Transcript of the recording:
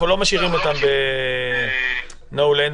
אנחנו לא משאירים אותם ב-nowhere land,